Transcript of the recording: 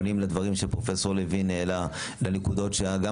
עונים לדברים שפרופ' לוין העלה ולנקודות שגם